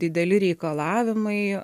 dideli reikalavimai